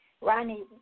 Ronnie